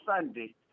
Sunday